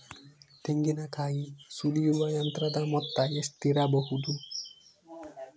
ತೆಂಗಿನಕಾಯಿ ಸುಲಿಯುವ ಯಂತ್ರದ ಮೊತ್ತ ಎಷ್ಟಿರಬಹುದು?